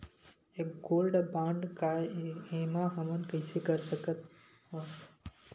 ये gold bond काय ए एमा हमन कइसे कर सकत हव?